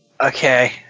okay